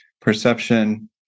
perception